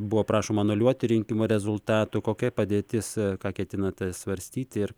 buvo prašoma anuliuoti rinkimų rezultatų kokia padėtis ką ketinate svarstyti ir